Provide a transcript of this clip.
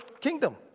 kingdom